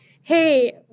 hey